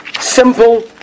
simple